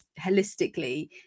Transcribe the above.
holistically